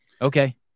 Okay